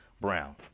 Brown